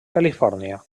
califòrnia